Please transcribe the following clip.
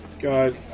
God